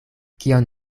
kion